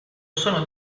sono